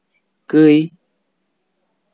ᱠᱟᱹᱭ